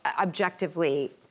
objectively